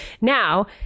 now